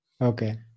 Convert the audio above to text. Okay